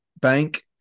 Bank